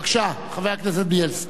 בבקשה, חבר הכנסת בילסקי.